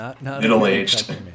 middle-aged